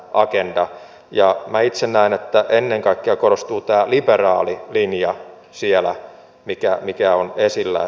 minä itse näen että ennen kaikkea korostuu tämä liberaali linja siellä mikä on esillä